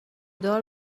دار